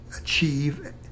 achieve